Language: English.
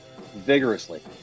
Vigorously